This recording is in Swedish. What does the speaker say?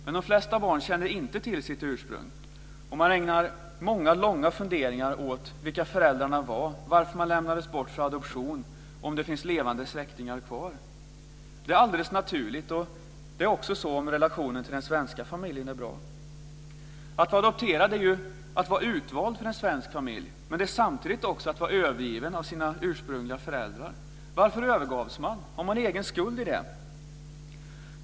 Men de flesta barn känner inte till sitt ursprung och ägnar många och långa funderingar åt vilka föräldrarna var, varför man lämnades bort för adoption och om det finns levande släktingar kvar. Det är alldeles naturligt, och så är det också när relationerna till den svenska familjen är bra. Att vara adopterad är att vara utvald för en svensk familj, men det är samtidigt att vara övergiven av sina ursprungliga föräldrar. Varför övergavs man? Har man egen skuld i det?